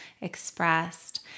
expressed